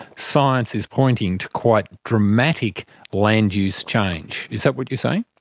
science is pointing to quite dramatic land use change, is that what you're saying?